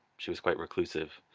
she was quite reclusive,